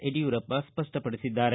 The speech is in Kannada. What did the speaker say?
ಯಡಿಯೂರಪ್ಪ ಸ್ಪಷ್ಟಪಡಿಸಿದ್ದಾರೆ